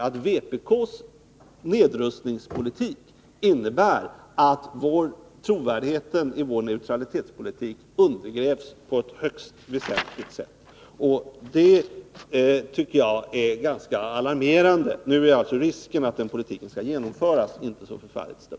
Vpk:s nedrustningspolitik innebär att trovärdigheten i vår neutralitetspolitik undergrävs på ett högst väsentligt sätt. Det är ganska alarmerande. Dock är risken att vpk:s politik skall genomföras inte så stor.